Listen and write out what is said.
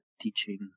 teaching